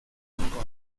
encontrar